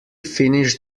finish